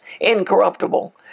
incorruptible